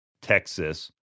Texas